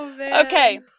okay